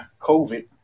COVID